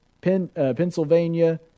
Pennsylvania